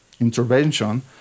intervention